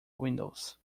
windows